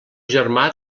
germà